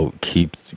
keep